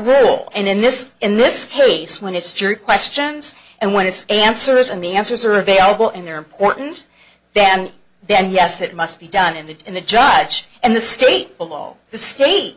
rule and in this in this case when it's jury questions and when it's a answers and the answers are available and they're important then then yes it must be done in the in the judge and the state of all the state